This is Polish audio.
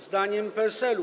Zdaniem PSL-u.